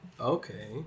okay